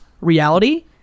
reality